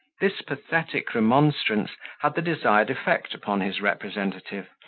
this pathetic remonstrance had the desired effect upon his representative,